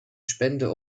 spende